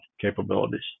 capabilities